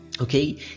okay